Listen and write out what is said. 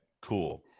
cool